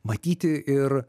matyti ir